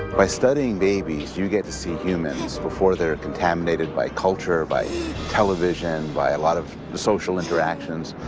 by studying babies, you get to see humans before they're contaminated by culture, by television, by a lot of the social interactions,